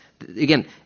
again